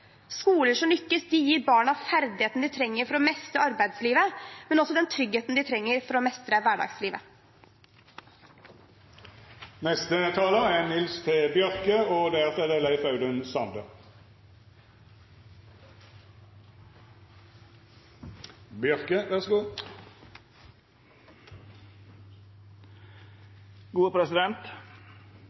Skoler som lykkes, gir barna de ferdighetene de trenger for å mestre arbeidslivet, men også den tryggheten de trenger for å mestre hverdagslivet. Eg har med stor interesse lytta til debatten i går og